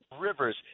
rivers